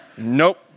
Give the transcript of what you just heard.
Nope